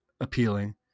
appealing